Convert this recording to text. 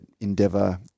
Endeavour